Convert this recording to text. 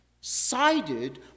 sided